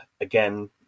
again